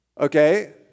Okay